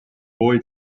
boy